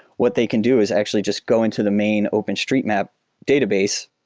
what they can do is actually just go into the main openstreetmap database,